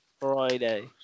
friday